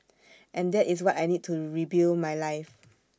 and that is what I need to rebuild my life